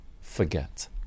forget